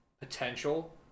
potential